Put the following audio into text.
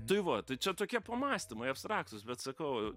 tai va tai čia tokie pamąstymai abstraktūs bet sakau